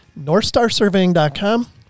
NorthstarSurveying.com